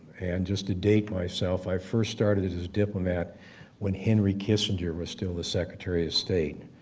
and just to date myself, i first started as a diplomat when henry kissinger was still the secretary of state,